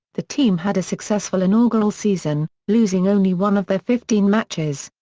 the team had a successful inaugural season, losing only one of their fifteen matches.